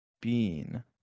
Bean